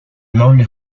noble